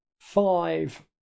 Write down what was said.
Five